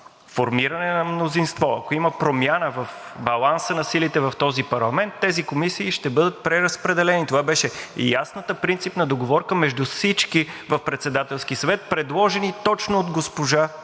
формиране на мнозинство, ако има промяна в баланса на силите в този парламент, тези комисии ще бъдат преразпределени. Това беше ясната принципна договорка между всички в Председателския съвет, предложена точно от госпожа